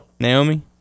Naomi